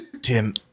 Tim